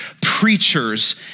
preachers